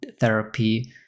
therapy